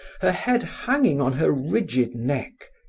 her head hanging on her rigid neck.